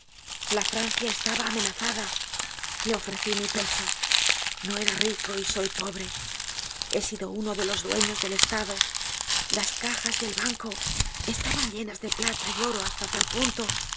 la francia estaba amenazada le ofrecí mi pecho no era rico y soy pobre he sido uno de los dueños del estado las cajas del banco estaban llenas de plata y oro hasta tal punto